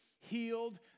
healed